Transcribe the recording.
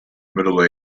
middle